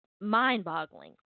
mind-boggling